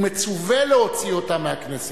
הוא מצווה להוציא אותם מהכנסת.